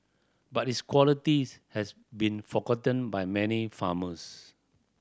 but its qualities has been forgotten by many farmers